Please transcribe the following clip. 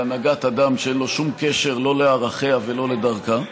בהנהגת אדם שאין לו שום קשר לא לערכיה ולא לדרכה,